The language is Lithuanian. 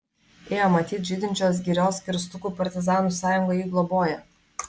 ė matyt žydinčios girios kirstukų partizanų sąjunga jį globoja